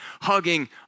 hugging